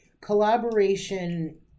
collaboration